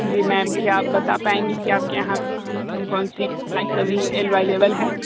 जी ma'am क्या आप बता पाएंगी कि आपके यहाँ कौन कौन सी बाइक अभी एलवाइलेवल है